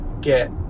get